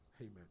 Amen